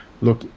look –